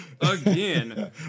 again